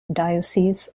diocese